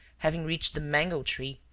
having reached the mango-tree,